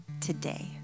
today